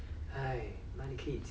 ya 这样 lor